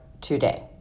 today